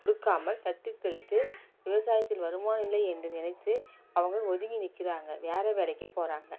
கொடுக்காமல் தட்டிக்கழித்து விவசாயத்தில் வருமானம் இல்லை என்று நினைத்து அவங்கள் ஒதுங்கி நிற்கிறாங்க வேற வேலைக்கு போகிறாங்க